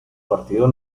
partido